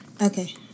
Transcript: Okay